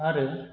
आरो